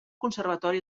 conservatori